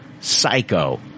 Psycho